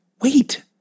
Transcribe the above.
wait